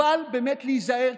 אבל באמת להיזהר,